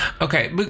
Okay